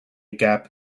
gap